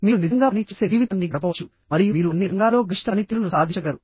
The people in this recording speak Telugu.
మీరు నిజంగా పని చేసే జీవితాన్ని గడపవచ్చు మరియు మీరు అన్ని రంగాలలో గరిష్ట పనితీరును సాధించగలరు